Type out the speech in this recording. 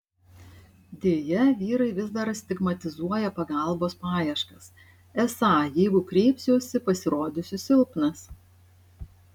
deja vyrai vis dar stigmatizuoja pagalbos paieškas esą jeigu kreipsiuosi pasirodysiu silpnas